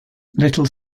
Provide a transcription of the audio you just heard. little